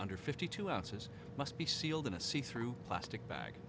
under fifty two ounces must be sealed in a see through plastic bag